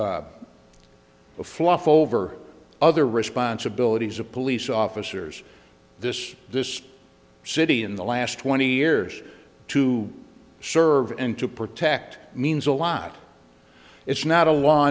fluff over other responsibilities of police officers this this city in the last twenty years to serve and to protect means a lot it's not a law